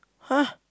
[huh]